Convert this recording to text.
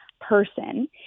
person